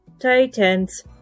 Titans